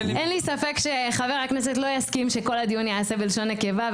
אין לי ספק שחבר הכנסת לא יסכים שכל הדיון יעשה בלשון נקבה.